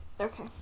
Okay